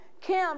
Kim